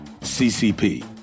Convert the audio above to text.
CCP